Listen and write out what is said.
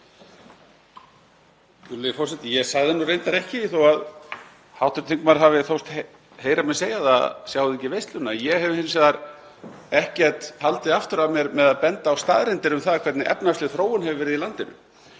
forseti. Ég sagði nú reyndar ekki, þó að hv. þingmaður hafi þóst heyra mig segja það: Sjáið þið ekki veisluna? Ég hef hins vegar ekkert haldið aftur af mér við að benda á staðreyndir um það hvernig efnahagsleg þróun hefur verið í landinu.